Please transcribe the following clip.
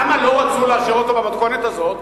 למה לא רצו לאשר אותו במתכונת הזאת?